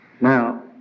Now